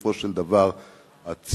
בסופו של דבר הציונות,